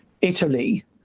Italy